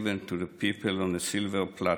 given to the people on a silver platter.